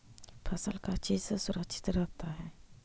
फसल का चीज से सुरक्षित रहता है?